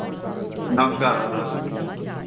नमस्कार दादा